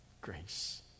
grace